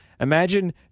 Imagine